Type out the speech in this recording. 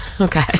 Okay